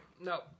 No